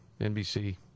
NBC